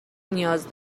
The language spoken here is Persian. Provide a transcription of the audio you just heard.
نیاز